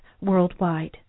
worldwide